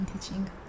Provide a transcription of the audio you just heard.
teaching